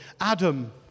Adam